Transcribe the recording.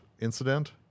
incident